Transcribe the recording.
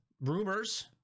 Rumors